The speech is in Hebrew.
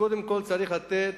קודם כול, צריך לתת